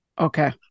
Okay